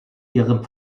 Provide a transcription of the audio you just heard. ihrem